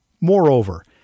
Moreover